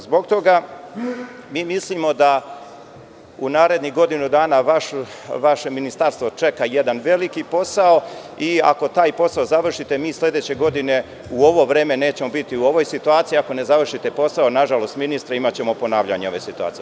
Zbog toga mi mislimo dau narednih godinu dana vaše ministarstvo čeka jedan veliki posao i, ako taj posao završite, mi sledeće godine u ovo vreme nećemo biti u ovoj situaciji, ako ne završite posao, na žalost, ministre, imaćemo ponavljanje ove situacije.